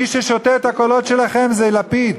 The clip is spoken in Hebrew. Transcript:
מי ששותה את הקולות שלכם זה לפיד,